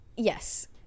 Yes